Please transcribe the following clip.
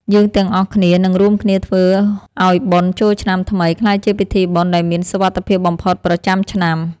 យើងទាំងអស់គ្នានឹងរួមគ្នាធ្វើឱ្យបុណ្យចូលឆ្នាំថ្មីក្លាយជាពិធីបុណ្យដែលមានសុវត្ថិភាពបំផុតប្រចាំឆ្នាំ។